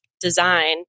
design